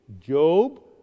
Job